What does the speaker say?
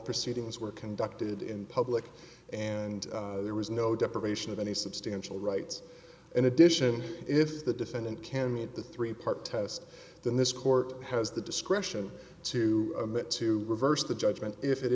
proceedings were conducted in public and there was no deprivation of any substantial rights in addition if the defendant can meet the three part test then this court has the discretion to to reverse the judgment if it